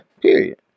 Period